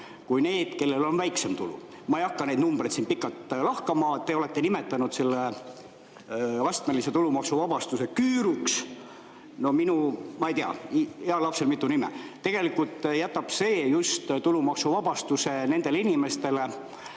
kui need, kellel on väiksem tulu. Ma ei hakka neid numbreid siin pikalt lahkama. Te olete nimetanud selle astmelise tulumaksuvabastuse küüruks. Ma ei tea, heal lapsel mitu nime. Tegelikult jätab see just [suurema] tulumaksuvabastuse nendele inimestele,